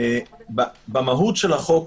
במהות החוק,